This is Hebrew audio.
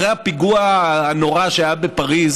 שאחרי הפיגוע הנורא שהיה בפריז